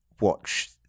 watch